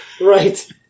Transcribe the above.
right